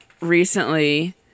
recently